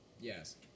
Yes